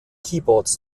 keyboards